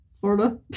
Florida